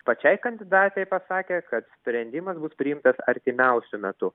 pačiai kandidatei pasakė kad sprendimas bus priimtas artimiausiu metu